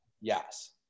Yes